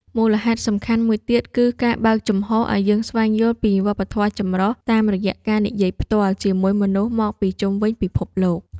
មូលហេតុសំខាន់មួយទៀតគឺការបើកចំហរឱ្យយើងស្វែងយល់ពីវប្បធម៌ចម្រុះតាមរយៈការនិយាយផ្ទាល់ជាមួយមនុស្សមកពីជុំវិញពិភពលោក។